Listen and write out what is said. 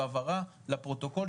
זו הבהרה לפרוטוקול,